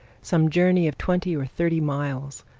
some journey of twenty or thirty miles,